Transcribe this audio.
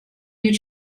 you